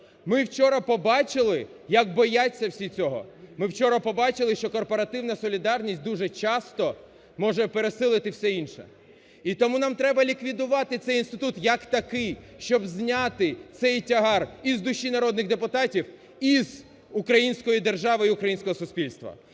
ми вчора побачили як бояться всі цього, ми вчора побачили, що корпоративна солідарність дуже часто може пересилити все інше. І тому нам треба ліквідувати цей інститут як такий, щоб зняти цей тягар і з душі народних депутатів, і з української держави, і українського суспільства,